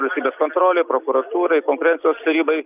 valstybės kontrolei prokuratūrai konkurencijos tarybai